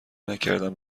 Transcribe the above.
نکردم